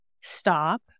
Stop